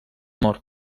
mort